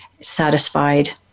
satisfied